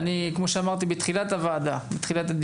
כמו שאמרתי בתחילת הדיון,